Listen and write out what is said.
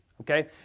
Okay